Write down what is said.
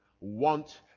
want